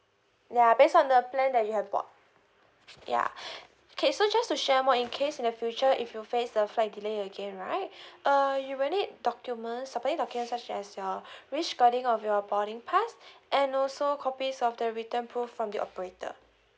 ya based on the plan that you have bought yeah K so just to share more in case in the future if you face the flight delay again right uh you will need documents supplying documents such as your of your boarding pass and also copies of the return proof from the operator